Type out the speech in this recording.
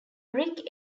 rick